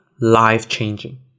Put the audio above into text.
life-changing